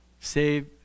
Save